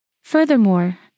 Furthermore